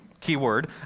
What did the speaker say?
keyword